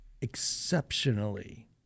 exceptionally